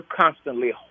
constantly